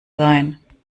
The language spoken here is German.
sein